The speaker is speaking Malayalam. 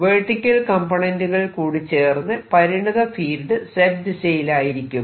വെർട്ടിക്കൽ കംപോണേന്റുകൾ കൂടി ചേർന്ന് പരിണത ഫീൽഡ് Z ദിശയിലായിരിക്കും